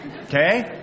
Okay